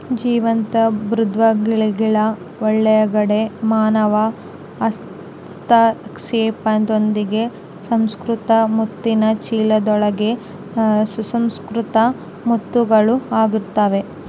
ಜೀವಂತ ಮೃದ್ವಂಗಿಗಳ ಒಳಗಡೆ ಮಾನವ ಹಸ್ತಕ್ಷೇಪದೊಂದಿಗೆ ಸುಸಂಸ್ಕೃತ ಮುತ್ತಿನ ಚೀಲದೊಳಗೆ ಸುಸಂಸ್ಕೃತ ಮುತ್ತುಗಳು ಆಗುತ್ತವೆ